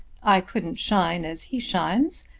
i couldn't shine as he shines,